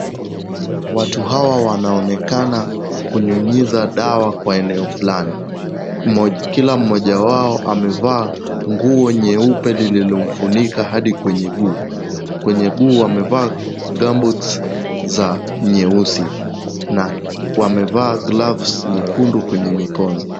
Watu hawa wanaonekana kunyunyiza dawa kwa eneo fulani. Kila mmoja wao amevaa nguo nyeupe iliyomfunika hadi kwenye guu. Kwenye guu wamevalia gumboots za nyeusi na wamevaa gloves nyekundu kwenye mikono.